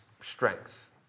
strength